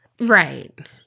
Right